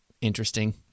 interesting